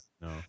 no